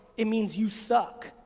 it means you suck.